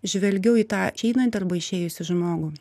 žvelgiau į tą išeinantį arba išėjusį žmogų